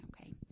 Okay